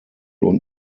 und